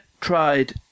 tried